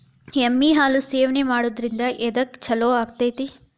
ಎಮ್ಮಿ ಹಾಲು ಸೇವನೆ ಮಾಡೋದ್ರಿಂದ ಎದ್ಕ ಛಲೋ ಆಕ್ಕೆತಿ?